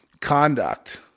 conduct